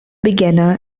beginner